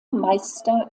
meister